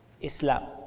Islam